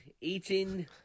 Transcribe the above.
eating